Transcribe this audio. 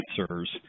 answers